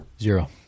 Zero